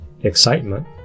excitement